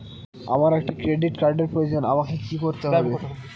আমার একটি ক্রেডিট কার্ডের প্রয়োজন আমাকে কি করতে হবে?